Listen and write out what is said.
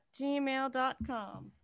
gmail.com